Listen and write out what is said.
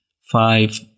Five